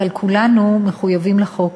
אבל כולנו מחויבים לחוק.